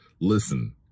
listen